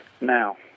now